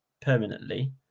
permanently